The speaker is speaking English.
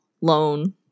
loan